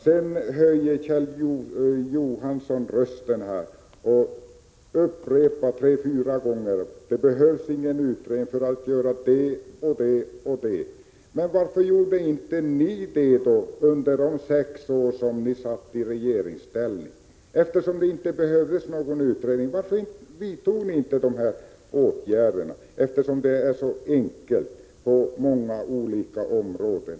Sedan höjde Kjell Johansson rösten och upprepade fyra gånger att det behövs ingen utredning för att göra det och det. Men varför gjorde inte ni något under de sex år ni satt i regeringsställning, eftersom det inte behövs någon utredning? Varför vidtog inte ni de här åtgärderna, eftersom det är så enkelt på många olika områden.